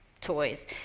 toys